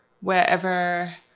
wherever